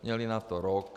Měli na to rok.